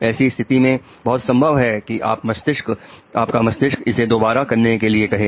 ऐसी स्थिति में बहुत संभावना है कि आपका मस्तिष्क इसे दोबारा करने के लिए कहे